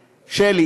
שלי,